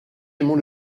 aimons